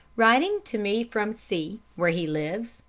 writing to me from c, where he lives,